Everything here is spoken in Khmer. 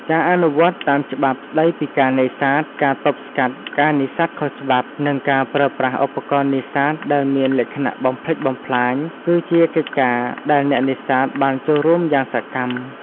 ការអនុវត្តន៍តាមច្បាប់ស្តីពីការនេសាទ ការទប់ស្កាត់ការនេសាទខុសច្បាប់ និងការប្រើប្រាស់ឧបករណ៍នេសាទដែលមានលក្ខណៈបំផ្លិចបំផ្លាញ គឺជាកិច្ចការដែលអ្នកនេសាទបានចូលរួមយ៉ាងសកម្ម។